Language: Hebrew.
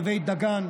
בבית דגן,